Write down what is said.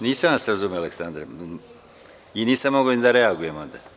Nisam vas razumeo Aleksandra i nisam mogao ni da reagujem onda.